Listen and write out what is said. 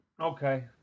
Okay